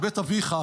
מבית אביך,